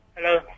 Hello